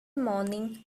morning